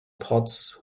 pots